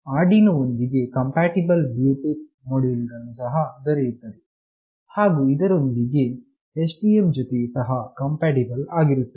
Arduino ಒಂದಿಗೆ compatible Bluetooth module ಗಳು ಸಹ ದೊರೆಯುತ್ತದೆ ಹಾಗು ಇದರೊಂದಿಗೆ STM ಜೊತೆ ಸಹ ಕಂಪ್ಯಾಟಿಬಲ್ ಆಗಿರುತ್ತದೆ